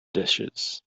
dishes